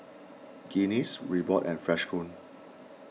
Guinness Reebok and Freshkon